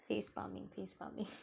face palm leh face palm leh